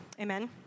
Amen